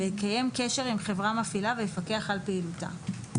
ויקיים קשר עם חברה מפעילה ויפקח על פעילותה.